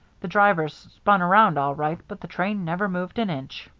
the drivers spun around all right, but the train never moved an inch.